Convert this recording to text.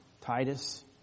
Titus